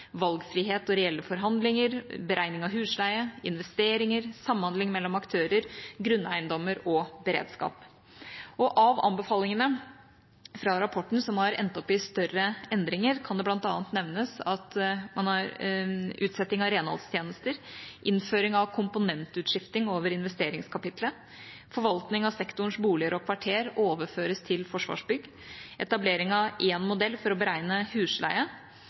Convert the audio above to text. valgfrihet og reelle forhandlinger, beregning av husleie, investeringer, samhandling mellom aktører, grunneiendommer og beredskap. Av anbefalingene fra rapporten som har endt opp i større endringer, kan det bl.a. nevnes utsetting av renholdstjenester, innføring av komponentutskifting over investeringskapitlet, at forvaltning av sektorens boliger og kvarter overføres til Forsvarsbygg, etablering av en modell for å beregne husleie